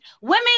Women